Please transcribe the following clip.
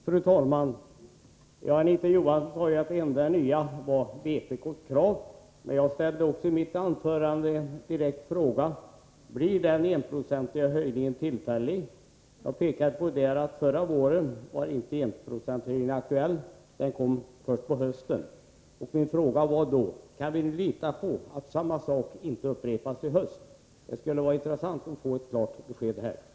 Fru talman! Anita Johansson sade att det enda nya är vpk:s krav. Men jag ställde i mitt anförande följande direkta fråga: Blir den enprocentiga höjningen tillfällig? Jag framhöll att enprocentsregeln inte var aktuell förra året. Den tillkom först under hösten. Kan vi nu lita på att samma sak inte upprepas i höst? Det skulle vara intressant att få ett klart besked på den punkten.